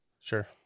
Sure